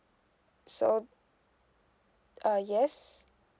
so uh yes